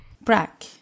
Brack